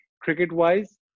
cricket-wise